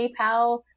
PayPal